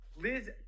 Liz